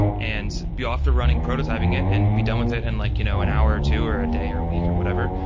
and be off to running prototyping it and be done with it and like you know an hour or two, or a day, or a week, or whatever.